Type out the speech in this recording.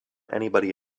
anybody